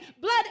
blood